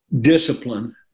discipline